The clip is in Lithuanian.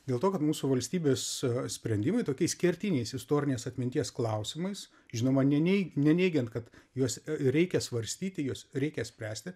dėl to kad mūsų valstybės sprendimai tokiais kertiniais istorinės atminties klausimais žinoma nei nenei neneigiant kad juos reikia svarstyti juos reikia spręsti